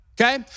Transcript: okay